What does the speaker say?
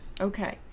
Okay